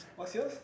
what's yours